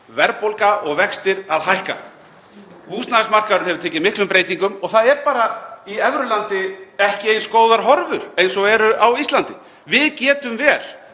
verðbólga og vextir að hækka. Húsnæðismarkaðurinn hefur tekið miklum breytingum og í evrulandi eru ekki eins góðar horfur og eru á Íslandi. Við getum vel